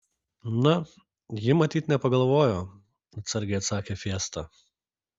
na ji matyt nepagalvojo atsargiai atsakė fiesta